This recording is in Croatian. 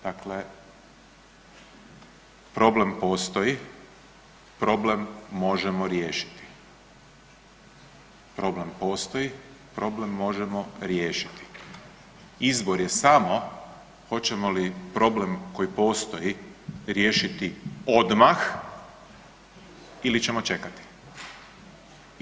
Dakle, problem postoji problem možemo riješiti, problem postoji problem možemo riješiti izbor je samo hoćemo li problem koji postoji riješiti odmah ili ćemo čekati.